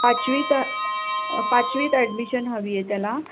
पाचवीत पाचवीत ॲडमिशन हवी आहे त्याला